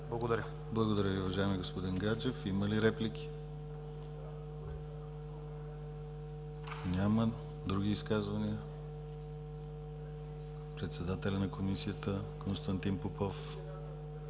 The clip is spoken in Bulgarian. Благодаря Ви, уважаеми господин Гаджев. Има ли реплики? Няма. Други изказвания? Председателят на Комисията – Константин Попов